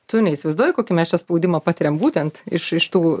tu neįsivaizduoji kokį mes čia spaudimą patiriam būtent iš iš tų